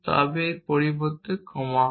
তবে এর পরিবর্তে কোমা হয়